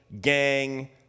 gang